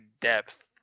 depth